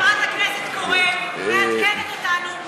חברת הכנסת קורן מעדכנת אותנו מתי,